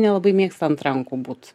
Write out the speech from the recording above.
nelabai mėgsta ant rankų būt